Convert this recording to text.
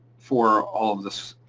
for all of